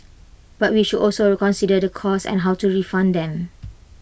but we should also consider the costs and how to refund them